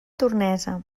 tornesa